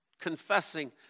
confessing